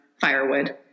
firewood